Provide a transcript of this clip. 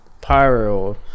pyro